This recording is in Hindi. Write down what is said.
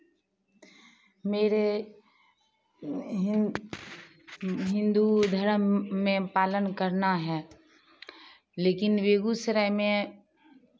मेरे हिन्दू धर्म में पालन करना है लेकिन बेगूसराय में